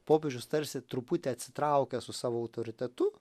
popiežius tarsi truputį atsitraukia su savo autoritetu